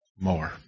more